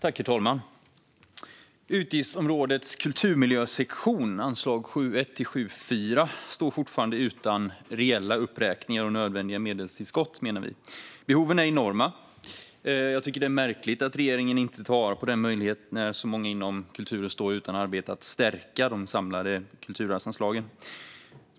Herr talman! Utgiftsområdets kulturmiljösektion, anslag 7:1-7:4, står fortfarande utan reella uppräkningar och nödvändiga tillskott av medel, menar vi. Behoven är enorma. Jag tycker att det är märkligt att regeringen inte tar vara på denna möjlighet att stärka de samlade kulturarvsanslagen när så många inom kulturen står utan arbete.